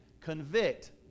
Convict